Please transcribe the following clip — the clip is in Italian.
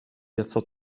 piazzò